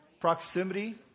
Proximity